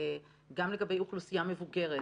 זה גם לגבי אוכלוסייה מבוגרת,